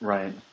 Right